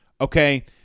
okay